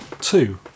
Two